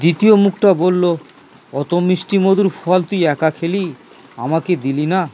দ্বিতীয় মুখটা বলল অত মিষ্টি মধুর ফল তুই একা খেলি আমাকে দিলি না